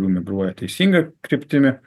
jų migruoja teisinga kryptimi